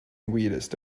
weirdest